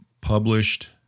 published